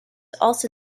also